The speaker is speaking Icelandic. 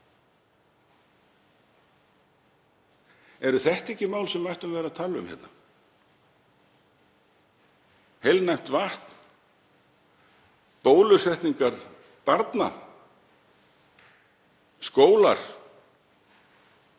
Eru þetta ekki mál sem við ættum að vera að tala um hérna? Heilnæmt vatn, bólusetningar barna, skólar,